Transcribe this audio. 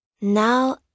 Now